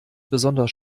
besonders